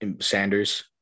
Sanders